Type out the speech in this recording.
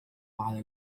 على